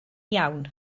iawn